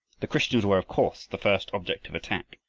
the christians were of course the first object of attack,